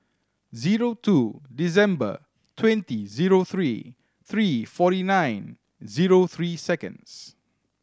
zero two December twenty zero three three forty nine zero three seconds